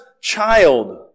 child